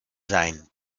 sein